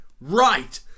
Right